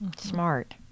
Smart